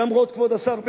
למרות כבוד השר בגין.